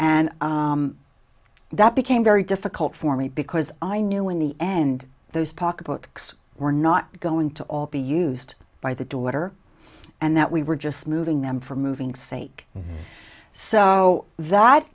and that became very difficult for me because i knew in the end those pocket books were not going to all be used by the daughter and that we were just moving them from moving sake so that